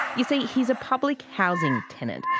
you see he's a public housing tenant.